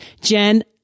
Jen